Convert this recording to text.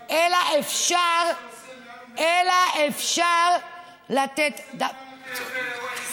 לאה, השר היחידי זה שר הפנים, שעושה מעל ומעבר.